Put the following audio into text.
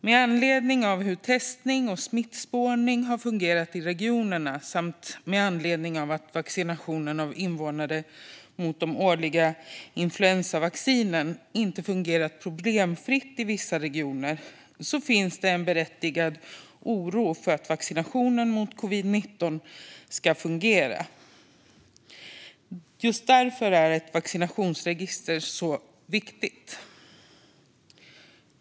Med anledning av hur testning och smittspårning har fungerat i regionerna samt med anledning av att vaccinationen av invånare mot den årliga influensan inte har fungerat problemfritt i vissa regioner finns en berättigad oro för hur vaccinationen mot covid-l9 ska fungera. Just därför är ett vaccinationsregister så viktigt.